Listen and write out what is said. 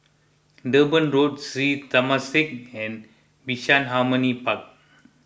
Durban Road Sri Temasek and Bishan Harmony Park